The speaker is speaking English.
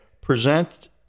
present